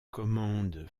commandes